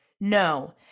no